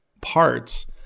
parts